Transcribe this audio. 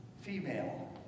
female